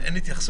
יוראי ביקש